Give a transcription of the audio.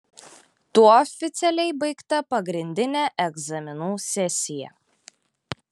tuo oficialiai baigta pagrindinė egzaminų sesija